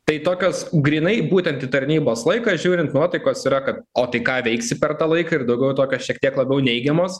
tai tokios grynai būtent į tarnybos laiką žiūrint nuotaikos yra kad o tai ką veiksi per tą laiką ir daugiau tokios šiek tiek labiau neigiamos